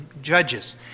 Judges